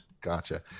gotcha